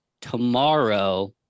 tomorrow